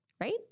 right